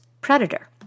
predator